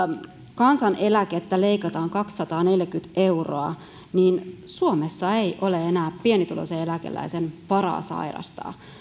kansaneläkettä leikataan kaksisataaneljäkymmentä euroa niin suomessa ei ole enää pienituloisen eläkeläisen varaa sairastaa